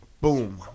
boom